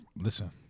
listen